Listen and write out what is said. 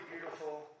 beautiful